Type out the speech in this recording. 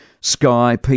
Sky